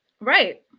right